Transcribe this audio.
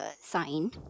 sign